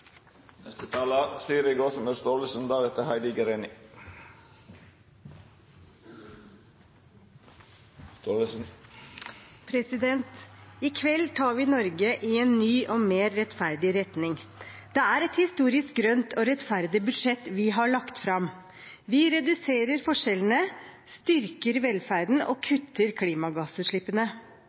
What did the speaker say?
I kveld tar vi Norge i en ny og mer rettferdig retning. Det er et historisk grønt og rettferdig budsjett vi har lagt fram. Vi reduserer forskjellene, styrker velferden og kutter klimagassutslippene.